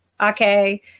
Okay